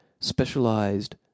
specialized